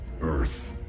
Earth